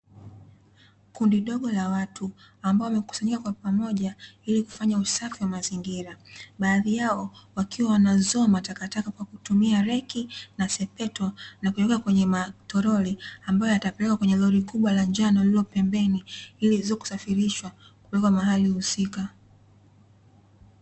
Kundi dogo la watu ambao wamekusanyika kwa pamoja, ili kufanya usafi wa mazingira. Baadhi yao wakiwa wanazoa matakataka kwa kutumia reki na sepeto, na kuyaweka kwenye matoroli, ambayo yatapelekwa kwenye lori kubwa la njano lililo pembeni, ili ziweze kusafirishwa kupelekwa mahali husika.